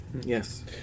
Yes